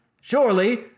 surely